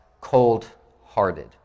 cold-hearted